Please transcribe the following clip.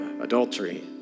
adultery